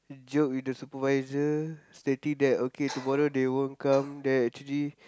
joke with the supervisor stating that okay tomorrow they won't come then actually